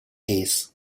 ace